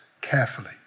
carefully